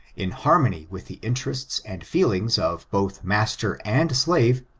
in harmony with the interests and feelings of both master and slave,